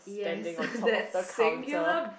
standing on top of the counter